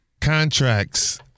Contracts